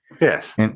Yes